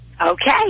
Okay